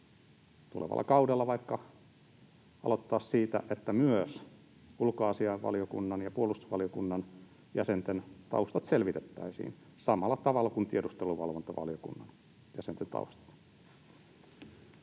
tulevalla kaudella aloittaa siitä, että myös ulkoasiainvaliokunnan ja puolustusvaliokunnan jäsenten taustat selvitettäisiin samalla tavalla kuin tiedusteluvalvontavaliokunnan jäsenten taustat.